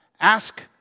Ask